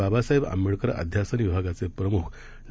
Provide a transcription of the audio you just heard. बाबासाहेब आंबेडकर अध्यासन विभागाचे प्रमुख डॉ